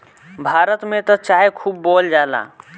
भारत में त चाय खूब बोअल जाला